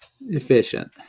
Efficient